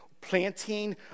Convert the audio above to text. planting